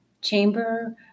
chamber